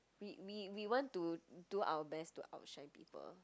we we we want to do our best to outshine people